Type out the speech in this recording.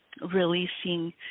releasing